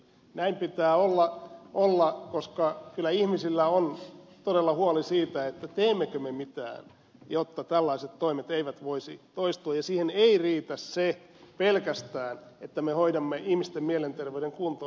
näin pitää olla koska kyllä ihmisillä on todella huoli siitä teemmekö me mitään jotta tällaiset toimet eivät voisi toistua ja siihen ei riitä se pelkästään että me hoidamme ihmisten mielenterveyden kuntoon